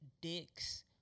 dicks